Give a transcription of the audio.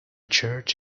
church